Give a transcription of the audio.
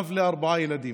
אב לארבעה ילדים.